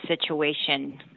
situation